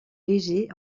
légers